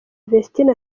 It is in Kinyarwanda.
vestine